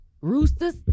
Roosters